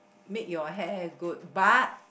make your hair good but